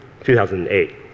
2008